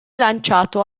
lanciato